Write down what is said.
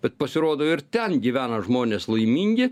bet pasirodo ir ten gyvena žmonės laimingi